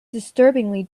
disturbingly